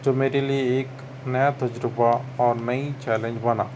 جو میرے لئے ایک نیا تجربہ اور نئی چیلنج بنا